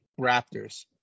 Raptors